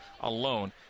alone